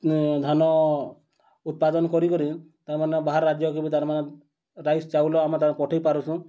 ଧାନ ଉତ୍ପାଦନ କରିକରି ତା'ର୍ମାନେ ବାହାର୍ ରାଜ୍ୟକେ ବି ତା'ର୍ମାନେ ରାଇସ୍ ଚାଉଲ ଆମେ ତାଙ୍କୁ ପଠେଇ ପାରୁଛୁଁ